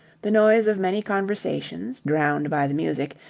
the noise of many conversations, drowned by the music,